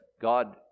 God